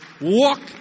walk